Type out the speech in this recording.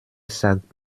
sagt